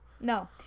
No